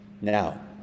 now